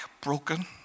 broken